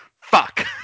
fuck